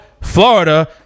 Florida